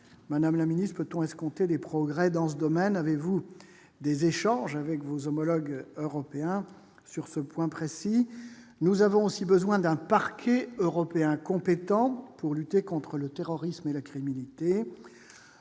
Madame la ministre, peut-on escompter des progrès dans ce domaine ? Avez-vous des échanges avec vos homologues européens sur ce point précis ? Nous avons aussi besoin d'un parquet européen compétent pour lutter contre le terrorisme et la criminalité.